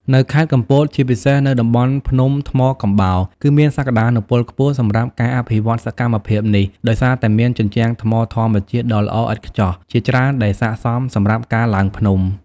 នៅខេត្តកំពត ជាពិសេសនៅតំបន់ភ្នំថ្មកំបោរ គឺមានសក្ដានុពលខ្ពស់សម្រាប់ការអភិវឌ្ឍសកម្មភាពនេះ ដោយសារតែមានជញ្ជាំងថ្មធម្មជាតិដ៏ល្អឥតខ្ចោះជាច្រើនដែលស័ក្ដិសមសម្រាប់ការឡើងភ្នំ។